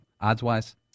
odds-wise